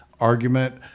argument